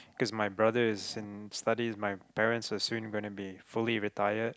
cause my brother is in studies my parents are soon going to be fully retired